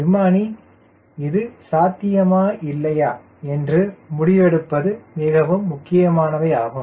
விமானி இது சாத்தியமா இல்லையா என்று முடிவெடுப்பது மிகவும் முக்கியமானவையாகும்